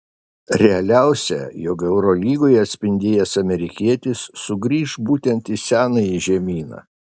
realiausia jog eurolygoje spindėjęs amerikietis sugrįš būtent į senąjį žemyną